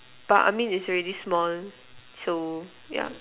but I mean it's already small so yeah